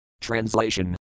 Translation